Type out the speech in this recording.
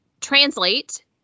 translate